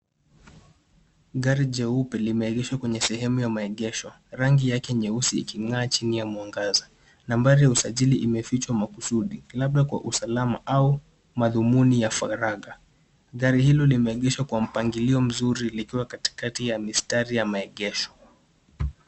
Gari jeupe limeegeshwa kwenye sehemu ya maegesho. Rangi yake nyeusi iking'aa chini ya mwangaza. Nambari ya usajili imefichwa makusudi, labda kwa usalama au madhumuni ya faragha. Gari hilo limeegeshwa kwa mpangilio mzuri likiwa katikati ya mistari ya maegesho.